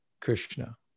Krishna